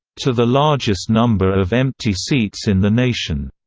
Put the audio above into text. to the largest number of empty seats in the nation.